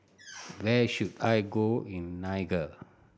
where should I go in Niger